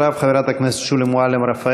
אחריו, חברת הכנסת שולי מועלם-רפאלי.